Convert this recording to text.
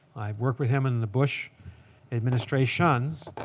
i've worked with him in the bush administrations.